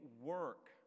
work